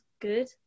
good